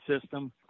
system